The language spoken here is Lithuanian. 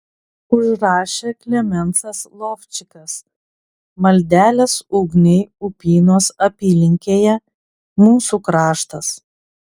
užrašė klemensas lovčikas maldelės ugniai upynos apylinkėje mūsų kraštas